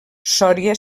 sòria